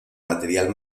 material